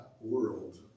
world